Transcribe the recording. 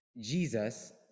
Jesus